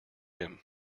him